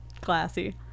Classy